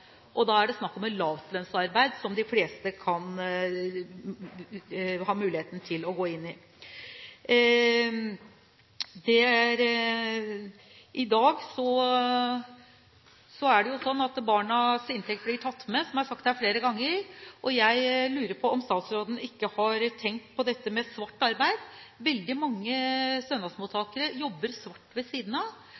arbeid. Da er det snakk om lavlønnsarbeid, som de fleste vil ha muligheten til å gå inn i. I dag er det sånn at barnas inntekt blir tatt med, som det er sagt her flere ganger. Jeg lurer på om statsråden ikke har tenkt på dette med svart arbeid. Veldig mange